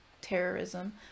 terrorism